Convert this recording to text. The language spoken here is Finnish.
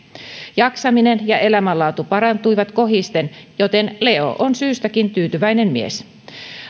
jaksaminen ja elämänlaatu parantuivat kohisten joten leo on syystäkin tyytyväinen mies